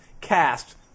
cast